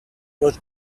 was